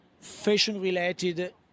fashion-related